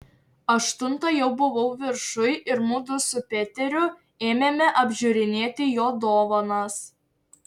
aštuntą jau buvau viršuj ir mudu su peteriu ėmėme apžiūrinėti jo dovanas